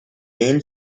main